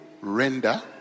render